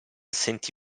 sentì